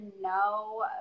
No